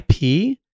IP